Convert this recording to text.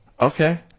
Okay